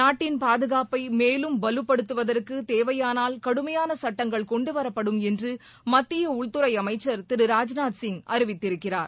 நாட்டின் பாதுகாப்பை மேலும் வலுப்படுத்துவதற்கு தேவையானால் கடுமையான சட்டங்கள் கொண்டு வரப்படும் என்று மத்திய உள்துறை அமைச்சர் திரு ராஜ்நாத் சிங் அறிவித்திருக்கிறார்